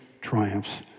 triumphs